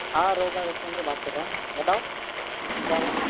ہاں روکا ریسٹورینٹ سے بات کر رہا ہوں بتاؤ کیا ہُوا